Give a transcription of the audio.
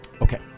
okay